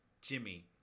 Jimmy